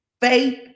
Faith